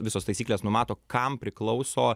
visos taisyklės numato kam priklauso